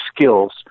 skills